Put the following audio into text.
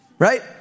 Right